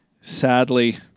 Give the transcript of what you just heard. sadly